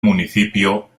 municipio